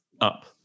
up